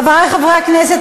חברי חברי הכנסת,